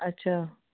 ਅੱਛਾ